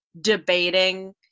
debating